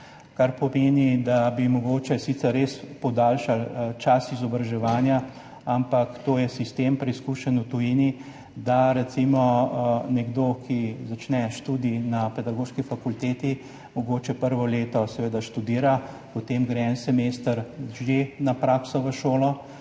kar pomeni, da bi mogoče sicer res podaljšali čas izobraževanja, ampak je sistem, preizkušen v tujini, da recimo nekdo, ki začne študij na pedagoški fakulteti, mogoče prvo leto seveda študira, potem gre en semester že na prakso v šolo,